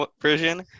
version